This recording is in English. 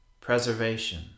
preservation